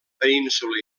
península